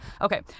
Okay